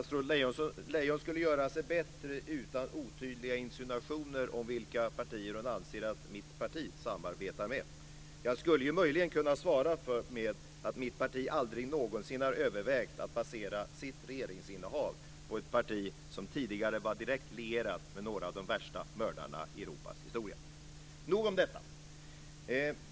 Fru talman! Statsrådet Lejon skulle göra sig bättre utan otydliga insinuationer om vilka partier hon anser att mitt parti samarbetar med. Jag skulle möjligen kunna svara med att mitt parti aldrig någonsin har övervägt att basera sitt regeringsinnehav på ett parti som tidigare var direkt lierat med några av de värsta mördarna i Europas historia. Nog om detta.